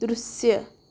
दृश्य